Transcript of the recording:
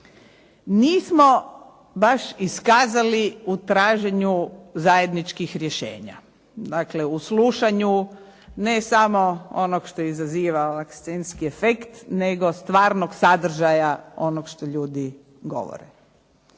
nismo baš iskazali u trženju zajedničkih rješenja. Dakle u slušanju ne samo onog što izaziva scenski efekt, nego stvarnog sadržaja o onome što ljudi govore.